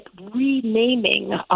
renaming